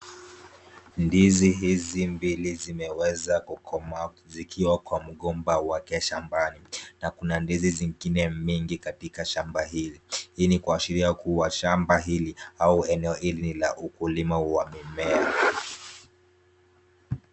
Ndizi hizi mbili zimeweza kukomaa zikiwa kwa mgomba wake shambani na kuna ndizi zingine mbili katika shamba hili. Hii ni kuashiria kuwa shalba hili au eneo hili ni la ukulima wa mimea.